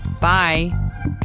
bye